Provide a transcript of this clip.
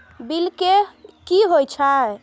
Bill की हौए छै?